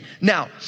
Now